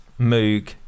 Moog